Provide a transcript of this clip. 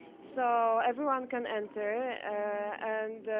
so everyone can enter, and